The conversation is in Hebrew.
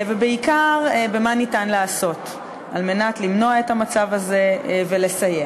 ובעיקר מה ניתן לעשות על מנת למנוע את המצב הזה ולסייע.